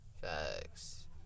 Facts